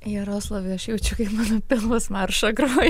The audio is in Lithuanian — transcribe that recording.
jaroslavai aš jaučiu kaip mano pilvas maršą groja